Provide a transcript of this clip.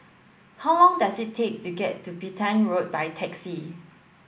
how long does it take to get to Petain Road by taxi